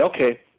okay